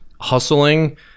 hustling